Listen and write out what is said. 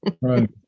right